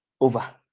over